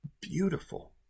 beautiful